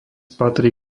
patrí